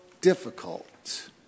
difficult